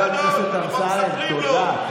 חבר הכנסת אמסלם, תודה.